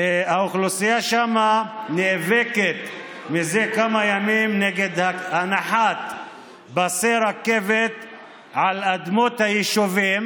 האוכלוסייה שם נאבקת זה כמה ימים נגד הנחת פסי רכבת על אדמות היישובים.